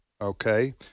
okay